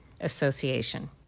association